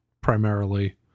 primarily